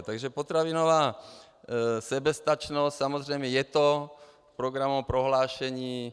Takže potravinová soběstačnost samozřejmě je to v programovém prohlášení.